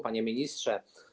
Panie Ministrze!